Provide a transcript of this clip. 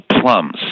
plums